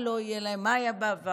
מה לא יהיה להם ומה היה בעבר,